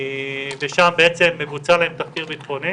ושם בעצם מבוצע להם תחקיר בטחוני